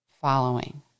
following